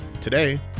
Today